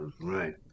Right